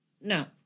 No